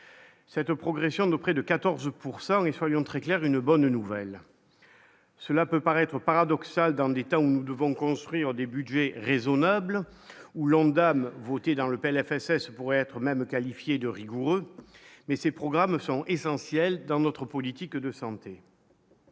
Cette progression de près de 14 pourcent et soyons très clair, une bonne nouvelle. Cela peut paraître paradoxal dans des temps où nous devons construire des Budgets raisonnables ou l'Ondam votée dans le PLFSS pourrait être même qualifié de rigoureux mais ses programmes sont essentiels dans notre politique de santé.